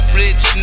rich